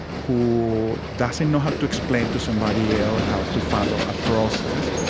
who doesn't know how to explain to somebody else how to file a ah process,